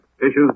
issues